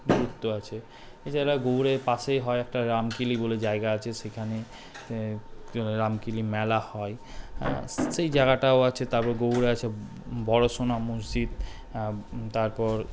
গুরুত্ব আছে এছাড়া গৌড়ের পাশেই হয় একটা রামকেলি বলে জায়গা আছে সেখানে রামকেলি মেলা হয় হ্যাঁ সেই জায়গাটাও আছে তারপর গৌড়ে আছে বড় সোনা মসজিদ তারপর